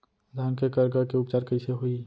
धान के करगा के उपचार कइसे होही?